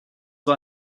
war